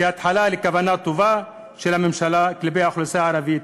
כהתחלה לכוונה טובה של הממשלה כלפי האוכלוסייה הערבית,